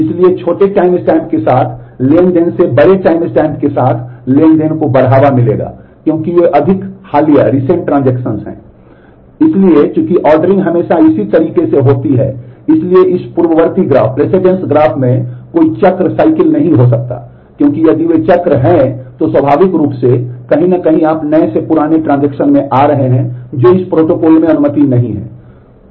इसलिए चूंकि ऑर्डरिंग हमेशा इसी तरीके से होती है इसलिए इस पूर्ववर्ती ग्राफ में आ रहे हैं जो इस प्रोटोकॉल में अनुमति नहीं है